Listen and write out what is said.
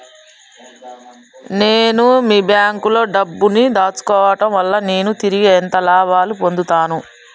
నేను మీ బ్యాంకులో డబ్బు ను దాచుకోవటం వల్ల నేను తిరిగి ఎంత లాభాలు పొందుతాను?